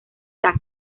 zag